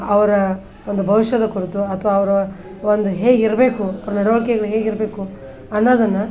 ಅವರ ಒಂದು ಭವಿಷ್ಯದ ಕುರಿತು ಅಥ್ವಾ ಅವರ ಒಂದು ಹೇಗಿರಬೇಕು ಅವ್ರ ನಡವಳಿಕೆಗಳ್ ಹೇಗಿರಬೇಕು ಅನ್ನೋದನ್ನು